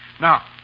Now